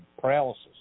paralysis